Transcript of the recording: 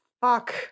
fuck